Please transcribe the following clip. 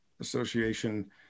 Association